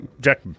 Jack